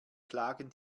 klagen